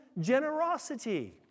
generosity